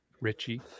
Richie